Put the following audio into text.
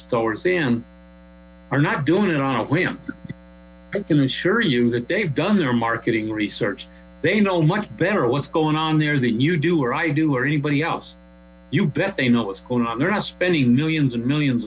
stores in are not doing it on a whim i can assure you that they've done their marketing research they know much better what's going on there than you do or i do or anybody else you bet they know what's going on there are spending millions and millions